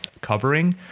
covering